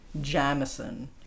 Jamison